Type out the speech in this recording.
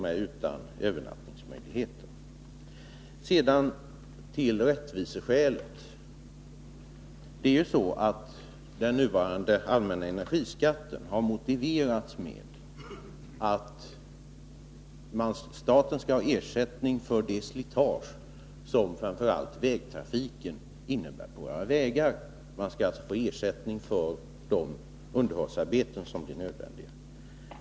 Sedan till detta med rättviseskäl: Den nuvarande, allmänna energiskatten har motiverats med att staten skall ha ersättning för det slitage som framför allt vägtrafiken på våra vägar innebär. Staten skall alltså få ersättning för det underhållsarbete som blir nödvändigt.